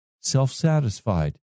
self-satisfied